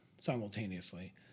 simultaneously